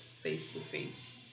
face-to-face